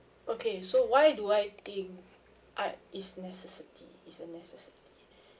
okay so why do I think art is necessity is a necessary